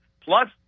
plus